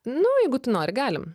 nu jeigu tu nori galim